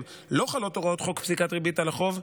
במקרים שבהם לא חלות הוראות חוק פסיקת ריבית על החוב,